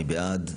מי בעד?